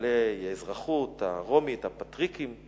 בעלי האזרחות הרומית, הפטריקים,